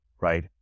right